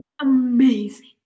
amazing